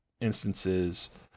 instances